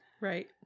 Right